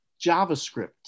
JavaScript